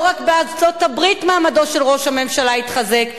לא רק בארצות-הברית מעמדו של ראש הממשלה התחזק,